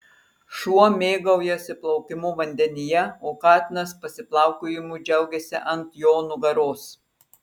šuo mėgaujasi plaukimu vandenyje o katinas pasiplaukiojimu džiaugiasi ant jo nugaros